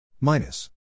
minus